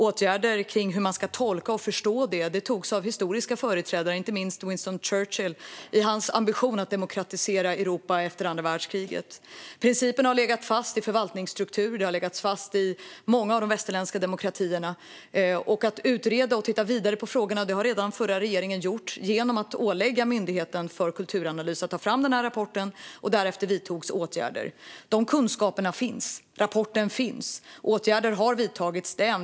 Åtgärder för hur man ska tolka och förstå detta vidtogs av historiska företrädare, inte minst Winston Churchill i hans ambition att demokratisera Europa efter andra världskriget. Principen har legat fast i förvaltningsstrukturen. Den har legat fast i många av de västerländska demokratierna. Den förra regeringen har redan utrett och tittat vidare på frågorna genom att ålägga Myndigheten för kulturanalys att ta fram den här rapporten. Därefter vidtogs åtgärder. Dessa kunskaper finns. Rapporten finns. Åtgärder har vidtagits.